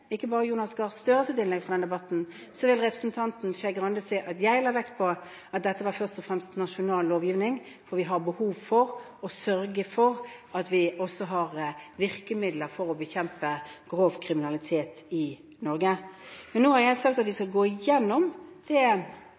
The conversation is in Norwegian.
at dette først og fremst var nasjonal lovgivning, fordi vi har behov for å sørge for at vi har virkemidler for å bekjempe grov kriminalitet i Norge. Nå har jeg sagt at vi skal gå igjennom